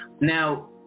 now